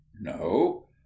No